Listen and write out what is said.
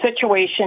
situation